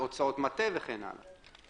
הוצאות מטה וכן הלאה.